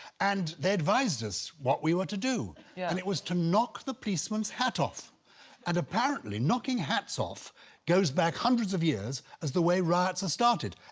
and they advised us what we were to do yeah and it was to knock the policeman's hat off and apparently knocking hats off goes back hundreds of years as the way riots are started.